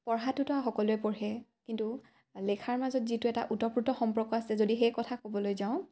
পঢ়াটোত সকলোৱে পঢ়ে কিন্তু লেখাৰ মাজত যিটো এটা ওতঃপ্ৰোত সম্পৰ্ক আছে যদি সেই কথা ক'বলৈ যাওঁ